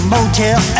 Motel